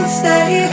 stay